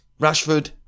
Rashford